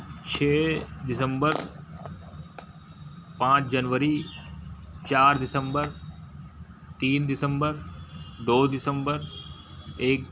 छ दिसंबर पाँच जनवरी चार दिसंबर तीन दिसंबर दो दिसंबर एक